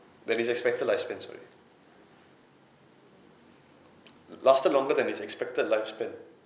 than its expected lifespan sorry lasted longer than its expected lifespan